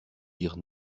dire